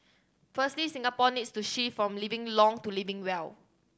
firstly Singapore needs to shift from living long to living well